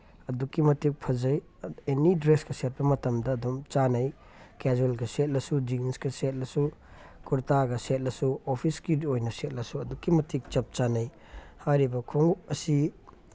ꯑꯗꯨꯛꯀꯤ ꯃꯇꯤꯛ ꯐꯖꯩ ꯑꯦꯅꯤ ꯗ꯭ꯔꯦꯁꯀ ꯁꯦꯠꯄ ꯃꯇꯝꯗ ꯑꯗꯨꯝ ꯆꯥꯅꯩ ꯀꯦꯖꯨꯋꯦꯜꯒ ꯁꯦꯠꯂꯁꯨ ꯖꯤꯟꯁꯀ ꯁꯦꯠꯂꯁꯨ ꯀꯨꯔꯇꯥꯒ ꯁꯦꯠꯂꯁꯨ ꯑꯣꯐꯤꯁꯀꯤ ꯑꯣꯏꯅ ꯁꯦꯠꯂꯁꯨ ꯑꯗꯨꯛꯀꯤ ꯃꯇꯤꯛ ꯆꯞ ꯆꯥꯅꯩ ꯍꯥꯏꯔꯤꯕ ꯈꯣꯡꯎꯞ ꯑꯁꯤ